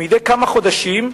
שמדי כמה חודשים,